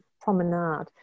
promenade